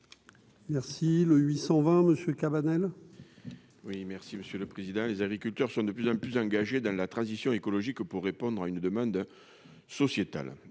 Merci le 820 monsieur Cabanel. Oui, merci Monsieur le Président, les agriculteurs sont de plus en plus engagé dans la transition écologique pour répondre à une demande sociétale